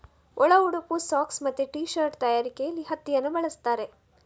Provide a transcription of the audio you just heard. ಒಳ ಉಡುಪು, ಸಾಕ್ಸ್ ಮತ್ತೆ ಟೀ ಶರ್ಟ್ ತಯಾರಿಕೆಯಲ್ಲಿ ಹತ್ತಿಯನ್ನ ಬಳಸ್ತಾರೆ